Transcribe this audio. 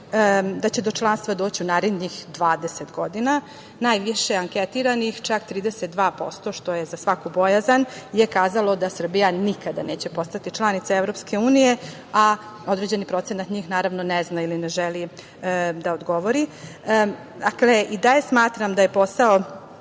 da će do članstva doći u narednih 20 godina. Najviše anketiranih, čak 32%, što je za svaku bojazan, je kazalo da Srbija nikada neće postati članica EU, a određeni procenat njih ne zna ili ne želi da odgovori.I dalje smatram da je posao